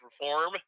perform